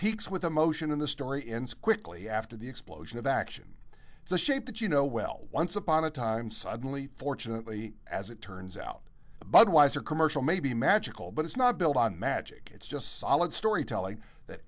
peeks with emotion in the story ends quickly after the explosion of action it's a shape that you know well once upon a time suddenly fortunately as it turns out budweiser commercial may be magical but it's not built on magic it's just solid storytelling that